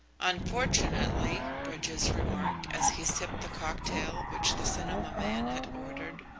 unfortunately, bridges remarked, as he sipped the cocktail which the cinema man had ordered,